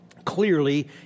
clearly